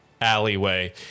alleyway